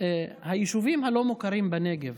היישובים הלא-מוכרים בנגב,